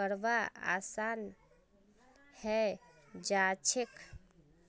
करवा असान है जाछेक